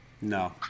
No